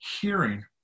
hearing